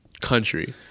country